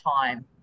time